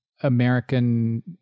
American